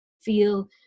feel